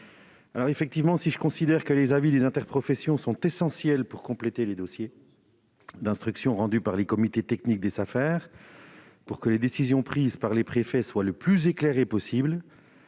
interprofessions. Je considère que les avis des interprofessions sont essentiels pour compléter les dossiers d'instruction rendus par les comités techniques des Safer, afin que les décisions prises par les préfets soient les plus éclairées possible.